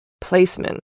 placement